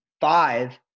five